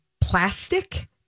plastic